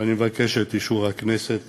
ואני מבקש את אישור הכנסת